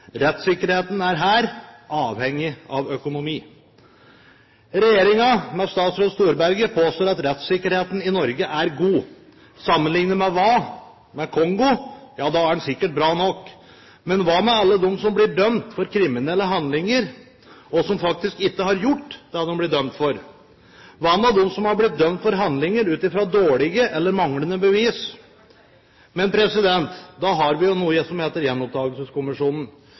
Rettssikkerheten er her avhengig av økonomi. Regjeringen, med statsråd Storberget, påstår at rettssikkerheten i Norge er god. Sammenlignet med hva? Med Kongo? Ja, da er den sikkert bra nok. Men hva med alle dem som blir dømt for kriminelle handlinger, og som faktisk ikke har gjort det de blir dømt for? Hva med dem som er blitt dømt for handlinger ut fra dårlige eller manglende bevis? Men da har vi jo noe som heter